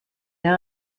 der